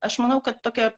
aš manau kad tokia